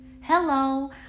Hello